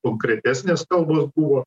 konkretesnės kalbos buvo